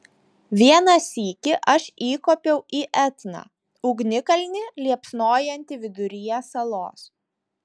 vieną sykį aš įkopiau į etną ugnikalnį liepsnojantį viduryje salos